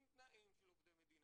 עם תנאים של עובדי מדינה,